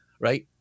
right